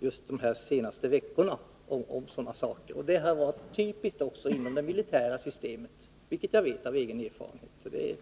de senaste veckorna. Även om uppgift står mot uppgift, gäller detta faktum också inom det militära systemet — det vet jag av egen erfarenhet.